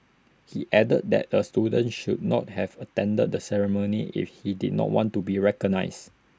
he added that the student should not have attended the ceremony if he did not want to be recognised